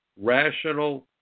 Rational